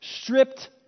Stripped